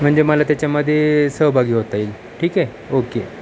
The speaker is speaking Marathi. म्हणजे मला त्याच्यामध्ये सहभागी होता येईल ठीक आहे ओके